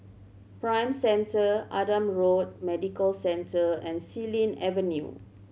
Prime Centre Adam Road Medical Centre and Xilin Avenue